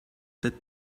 that